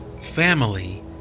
family